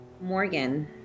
Morgan